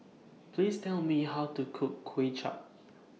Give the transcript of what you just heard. Please Tell Me How to Cook Kuay Chap